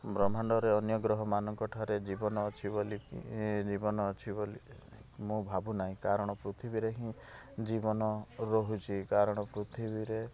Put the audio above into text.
ବ୍ରହ୍ମାଣ୍ଡରେ ଅନ୍ୟ ଗ୍ରହମାନଙ୍କ ଠାରେ ଜୀବନ ଅଛି ବୋଲି ଜୀବନ ଅଛି ବୋଲି ମୁଁ ଭାବୁନାହିଁ କାରଣ ପୃଥିବୀରେ ହିଁ ଜୀବନ ରହୁଛି କାରଣ ପୃଥିବୀରେ